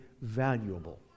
valuable